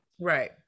Right